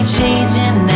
changing